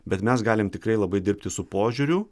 bet mes galim tikrai labai dirbti su požiūriu